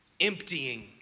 emptying